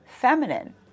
feminine